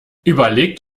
überlegt